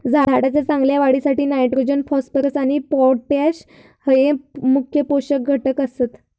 झाडाच्या चांगल्या वाढीसाठी नायट्रोजन, फॉस्फरस आणि पोटॅश हये मुख्य पोषक घटक आसत